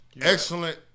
Excellent